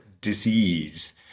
disease